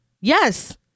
Yes